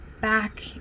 back